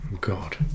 God